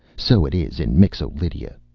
so it is in mixo-lydia.